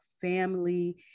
family